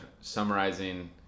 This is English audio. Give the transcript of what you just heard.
summarizing